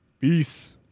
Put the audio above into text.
peace